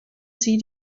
sie